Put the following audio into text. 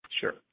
Sure